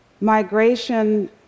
Migration